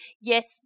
yes